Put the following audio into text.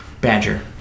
Badger